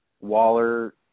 Waller